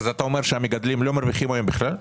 אתה אומר שהמגדלים לא מרוויחים היום בכלל?